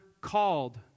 called